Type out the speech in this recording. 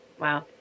Wow